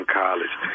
college